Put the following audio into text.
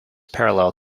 parallel